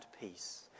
peace